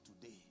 today